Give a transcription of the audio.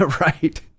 Right